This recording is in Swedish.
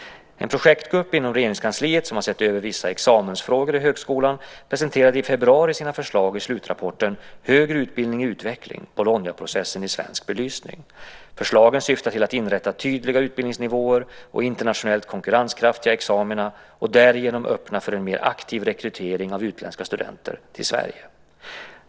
En projektgrupp inom Regeringskansliet som har sett över vissa examensfrågor i högskolan presenterade i februari sina förslag i slutrapporten Högre utbildning i utveckling - Bolognaprocessen i svensk belysning . Förslagen syftar till att inrätta tydliga utbildningsnivåer och internationellt konkurrenskraftiga examina och därigenom öppna för en mer aktiv rekrytering av utländska studenter till Sverige.